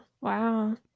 wow